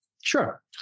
Sure